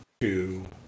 Two